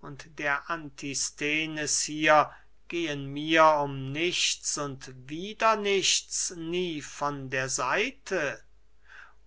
und der antisthenes hier gehen mir um nichts und wieder nichts nie von der seite